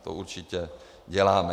To určitě děláme.